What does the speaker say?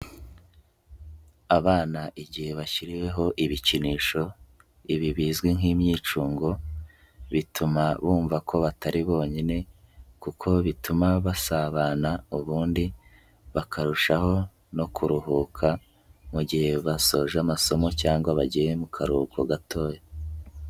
Abana igihe bashyiriweho ibikinisho ibi bizwi nk'imyicungo, bituma bumva ko batari bonyine kuko bituma basabana ubundi bakarushaho no kuruhuka mu gihe basoje amasomo cyangwa bagiye mu karuhuko gatoya.